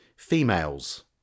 Females